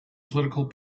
political